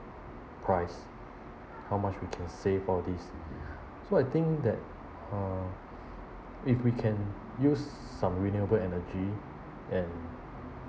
price how much we can save all these so I think that uh if we can use some renewable energy and